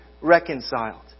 reconciled